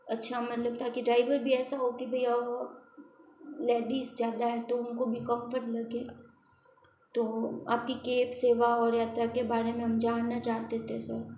अच्छा मतलब था कि ड्राइवर भी ऐसा हो कि भाई लेडिज़ ज़्यादा हैं तो उनको भी कम्फर्ट लगे तो आपकी कैब सेवा और यात्रा के बारे में हम जानना चाहते थे सर